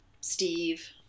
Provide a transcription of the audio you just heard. Steve